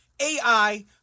AI